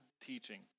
teaching